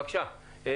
בבקשה, אוסנת.